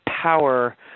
power